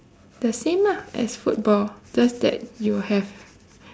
the same lah as football just that you have